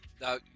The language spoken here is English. now